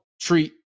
treat